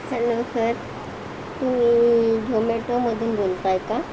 hello sir तुम्ही झोमॅटो मधून बोलताय का